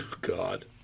God